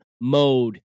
mode